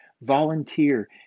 Volunteer